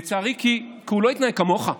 לצערי, כי הוא לא התנהג כמוך,